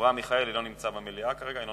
מועמד אחר הזכיר את המאפיה הרוסית-היהודית,